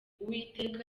uwiteka